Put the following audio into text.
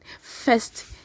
first